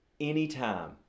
anytime